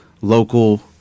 local